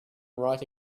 write